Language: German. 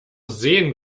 sehen